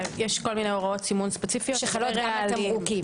יש כל מיני הוראות סימון ספציפיות שחלות על תמרוקים.